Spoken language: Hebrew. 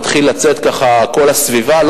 מתחיל לצאת ככה בכל הסביבה,